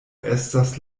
estas